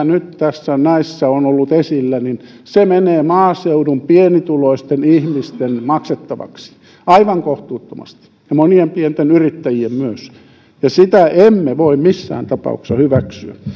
nyt tässä näissä on ollut esillä menee maaseudun pienituloisten ihmisten maksettavaksi aivan kohtuuttomasti ja monien pienten yrittäjien myös ja sitä emme voi missään tapauksessa hyväksyä